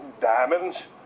diamonds